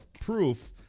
proof